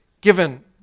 given